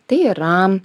tai yra